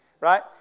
Right